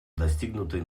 достигнутый